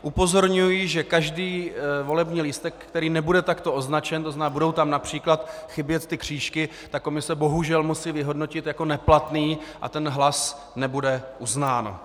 Upozorňuji, že každý volební lístek, který nebude takto označen, to znamená, budou tam například chybět ty křížky, tak komise bohužel musí vyhodnotit jako neplatné a ten hlas nebude uznán.